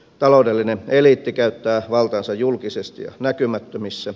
taloudellinen eliitti käyttää valtaansa julkisesti ja näkymättömissä